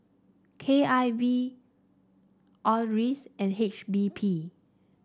K I V Acres and H P B